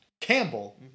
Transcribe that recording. Campbell